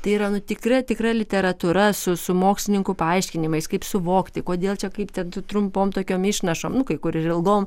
tai yra nu tikra tikra literatūra su su mokslininkų paaiškinimais kaip suvokti kodėl čia kaip ten su trumpom tokiom išnašom nu kai kur ir ilgom